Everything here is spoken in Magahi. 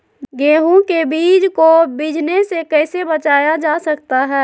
गेंहू के बीज को बिझने से कैसे बचाया जा सकता है?